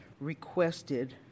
requested